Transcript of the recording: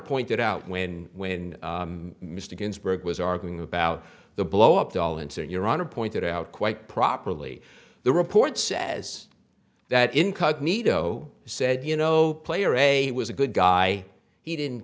pointed out when when mr ginsburg was arguing about the blow up doll and so your honor pointed out quite properly the report says that incognito said you know player a was a good guy he didn't